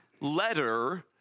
letter